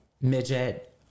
midget